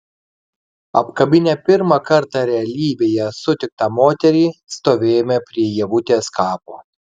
apkabinę pirmą kartą realybėje sutiktą moterį stovėjome prie ievutės kapo